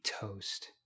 toast